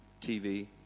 TV